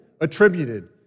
attributed